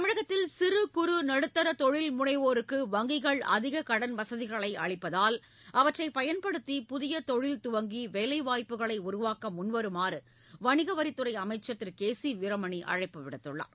தமிழகத்தில் சிறு குறு நடுத்தர தொழில்முனைவோருக்கு வங்கிகள் அதிகக் கடன் வசதிகளை அளிப்பதால் அவற்றை பயன்படுத்தி புதிய தொழில் துவங்கி வேலை வாய்ப்புகளை உருவாக்க முன்வருமாறு வணிகவரித்துறை அமைச்சர் திரு கே சி வீரமணி அழைப்பு விடுத்துள்ளார்